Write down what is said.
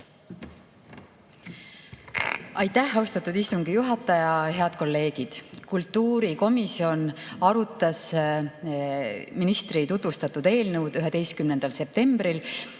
Aitäh, austatud istungi juhataja! Head kolleegid! Kultuurikomisjon arutas ministri tutvustatud eelnõu 11. septembril.